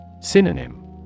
Synonym